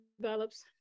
develops